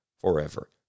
forever